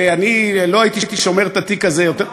ואני לא הייתי שומר את התיק הזה יותר,